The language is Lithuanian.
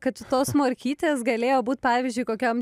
kad tos morkytės galėjo būt pavyzdžiui kokiam